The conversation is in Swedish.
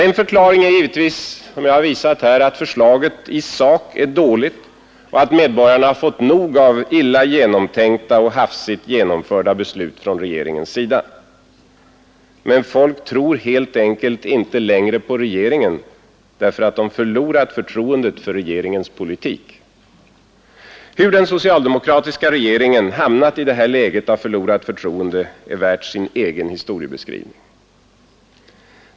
En förklaring är givetvis, som jag har visat här, att förslaget i sak var dåligt och att medborgarna har fått nog av illa genomtänkta och hafsigt genomförda beslut från regeringens sida. Men människorna tror dessutom helt enkelt inte på regeringen därför att de förlorat förtroendet för regeringspolitiken. Hur den socialdemokratiska regeringen hamnat i detta läge av förlorat förtroende är värt sin egen historiebeskrivning 1.